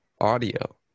audio